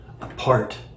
apart